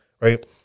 Right